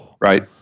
Right